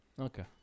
Okay